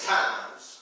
times